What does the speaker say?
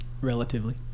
Relatively